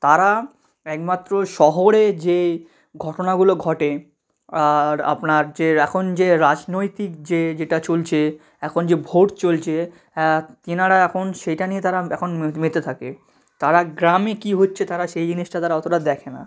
তারা একমাত্র শহরে যে ঘটনাগুলো ঘটে আর আপনার যে এখন যে রাজনৈতিক যে যেটা চলছে এখন যে ভোট চলছে তাঁরা এখন সেইটা নিয়ে তারা এখন মেতে থাকে তারা গ্রামে কী হচ্ছে তারা সেই জিনিসটা তারা অতটা দেখে না